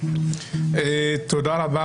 תודה רבה.